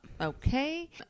Okay